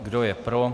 Kdo je pro?